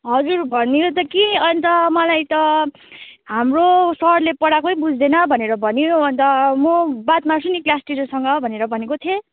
हजुर भनेर त के अन्त मलाई त हाम्रो सरले पढाएकै बुझ्दैन भनेर भन्यो अन्त म बात मार्छु नि क्लास टिचरसँग भनेर भनेको थिएँ